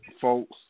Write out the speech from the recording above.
folks